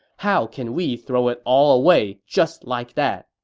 how can we throw it all away just like that?